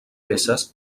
peces